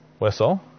whistle